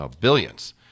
Billions